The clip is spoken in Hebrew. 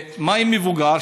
מה עם מבוגר?